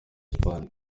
espagne